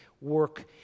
work